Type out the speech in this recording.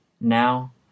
now